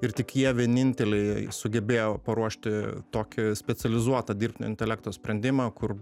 ir tik jie vieninteliai sugebėjo paruošti tokį specializuotą dirbtinio intelekto sprendimą kur